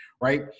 right